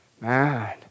Man